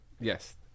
Yes